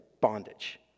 Bondage